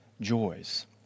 joys